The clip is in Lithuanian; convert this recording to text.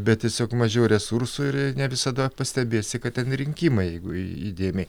bet tiesiog mažiau resursų ir ne visada pastebėsi kad ten rinkimai jeigu įdėmiai